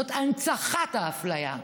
זאת הנצחת האפליה,